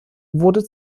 wurde